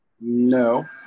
No